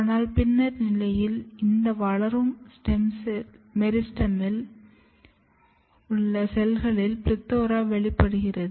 ஆனால் பின்னர் நிலையில் இந்த வளரும் மெரிஸ்டெமில் உள்ள செல்களில் PLETHORA வெளிப்படுகிறது